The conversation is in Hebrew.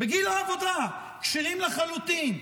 כשירים לחלוטין,